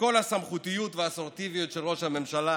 וכל הסמכותיות והאסרטיביות של ראש הממשלה